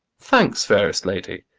thanks, fairest lady.